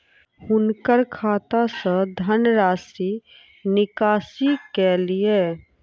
हुनकर खाता सॅ धनराशिक निकासी कय लिअ